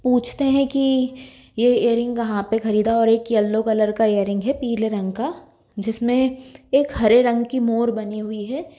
पूछते हैं कि यह एयरिंग कहाँ पर ख़रीदा और एक येलो कलर का एयरिंग है पीले रंग का जिसमें एक हरे रंग की मोर बनी हुई है